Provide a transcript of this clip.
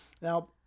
Now